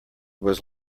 was